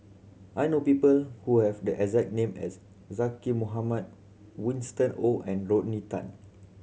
I know people who have the exact name as Zaqy Mohamad Winston Oh and Rodney Tan